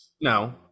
No